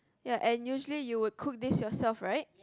ya and usually you would cook this yourself right